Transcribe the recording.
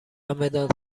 مداد